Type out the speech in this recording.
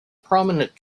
prominent